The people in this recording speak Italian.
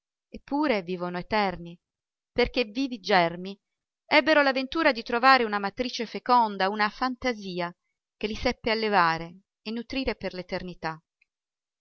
eppure vivono eterni perché vivi germi ebbero la ventura di trovare una matrice feconda una fantasia che li seppe allevare e nutrire per